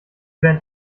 dein